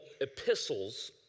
epistles